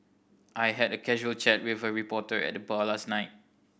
I had a casual chat with a reporter at the bar last night